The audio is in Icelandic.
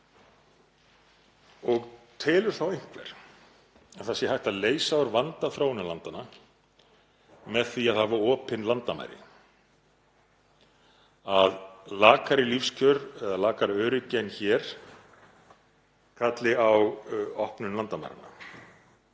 Telur þá einhver að hægt sé að leysa úr vanda þróunarlandanna með því að hafa opin landamæri, að lakari lífskjör eða lakara öryggi en hér kalli á opnun landamæranna?